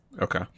okay